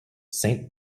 saint